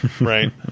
Right